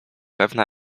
pewna